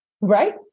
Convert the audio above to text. Right